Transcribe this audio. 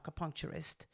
acupuncturist